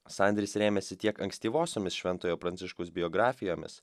sandris rėmėsi tiek ankstyvosiomis šventojo pranciškaus biografijomis